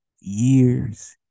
years